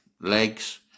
legs